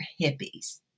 hippies